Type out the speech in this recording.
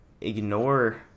ignore